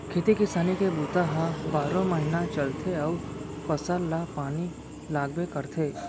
खेती किसानी के बूता ह बारो महिना चलथे अउ फसल ल पानी लागबे करथे